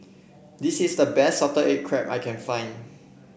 this is the best Salted Egg Crab I can find